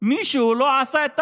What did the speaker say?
גדלה כל כך, מישהו לא עשה את תפקידו,